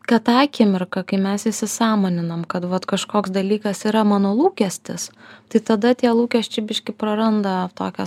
kad tą akimirką kai mes įsisąmoninam kad vat kažkoks dalykas yra mano lūkestis tai tada tie lūkesčiai biškį praranda tokią